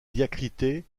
diacritée